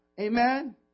Amen